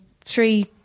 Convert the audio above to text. three